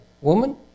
Woman